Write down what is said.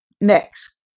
next